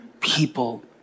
people